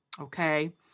Okay